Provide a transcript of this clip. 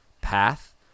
path